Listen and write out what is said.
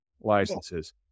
licenses